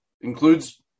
Includes